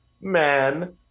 man